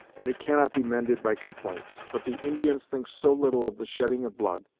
and it cannot be mended by complaints. but the indians think so little of the shedding of blood,